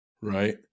right